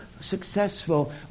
successful